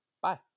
Bye